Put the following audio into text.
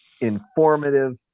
informative